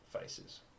faces